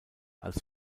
als